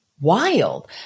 wild